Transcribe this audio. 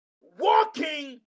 walking